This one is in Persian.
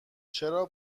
چرا